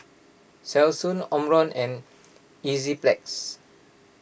Selsun Omron and Enzyplex